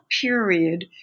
period